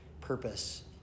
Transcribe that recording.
purpose